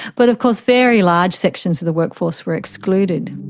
but of course very large sections of the workforce were excluded.